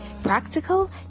practical